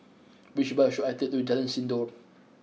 which bus should I take to Jalan Sindor